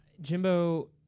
Jimbo